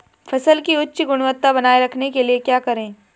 फसल की उच्च गुणवत्ता बनाए रखने के लिए क्या करें?